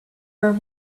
were